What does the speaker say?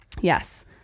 yes